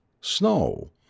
Snow